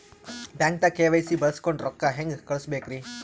ಬ್ಯಾಂಕ್ದಾಗ ಕೆ.ವೈ.ಸಿ ಬಳಸ್ಕೊಂಡ್ ರೊಕ್ಕ ಹೆಂಗ್ ಕಳಸ್ ಬೇಕ್ರಿ?